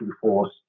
force